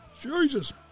Jesus